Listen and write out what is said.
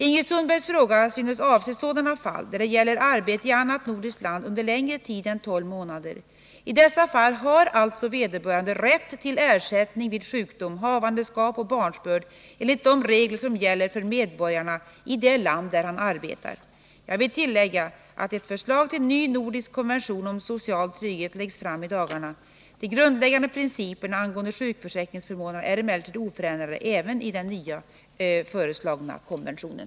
Ingrid Sundbergs fråga synes avse sådana fall där det gäller arbete i annat nordiskt land under längre tid än tolv månader. I dessa fall har alltså vederbörande rätt till ersättning vid sjukdom, havandeskap och barnsbörd enligt de regler som gäller för medborgarna i det land där han arbetar. Jag vill tillägga att ett förslag till ny nordisk konvention om social trygghet läggs fram i dagarna. De grundläggande principerna angående sjukförsäkringsförmånerna är emellertid oförändrade även i den nya föreslagna konventionen.